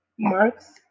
Marks